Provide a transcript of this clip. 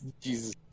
Jesus